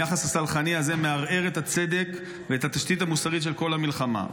היחס הסלחני הזה מערער את הצדק ואת התשתית המוסרית של כל המלחמה.